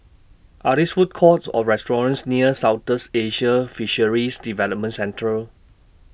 Are These Food Courts Or restaurants near Southeast Asian Fisheries Development Centre